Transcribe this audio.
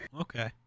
okay